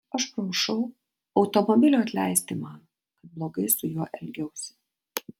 aš prašau automobilio atleisti man kad blogai su juo elgiausi